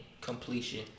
completion